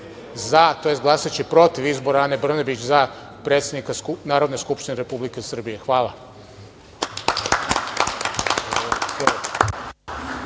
za, a tj. glasaće protiv izbora Ane Brnabić za predsednika Narodne skupštine Republike Srbije. Hvala.